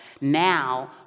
now